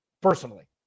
personally